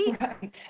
Right